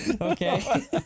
Okay